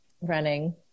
Running